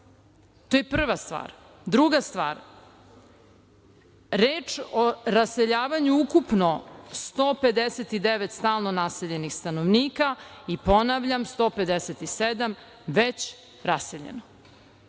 To je prva stvar. Druga stvar, reč o raseljavanju ukupno 159 stalno naseljenih stanovnika i ponavljam 157 već raseljeno.